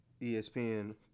ESPN